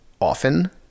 often